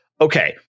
Okay